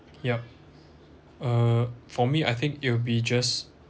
yup uh for me I think it'll be just